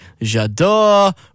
j'adore